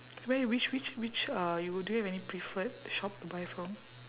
where which which which uh you do you have any preferred shop to buy from